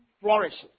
flourishes